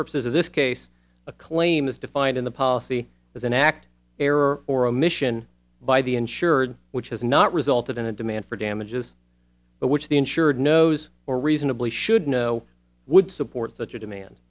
purposes of this case a claim is defined in the policy as an act error or omission by the insured which has not resulted in a demand for damages but which the insured knows or reasonably should know would support such a demand